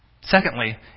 Secondly